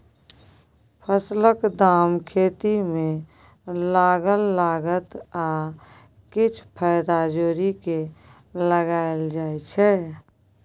फसलक दाम खेती मे लागल लागत आ किछ फाएदा जोरि केँ लगाएल जाइ छै